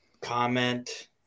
comment